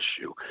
issue